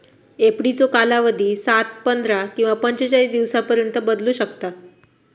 एफडीचो कालावधी सात, पंधरा किंवा पंचेचाळीस दिवसांपर्यंत बदलू शकता